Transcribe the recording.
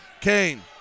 Kane